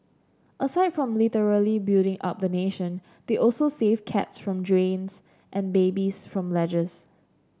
aside from literally building up the nation they also save cats from drains and babies from ledges